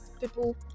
people